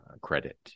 credit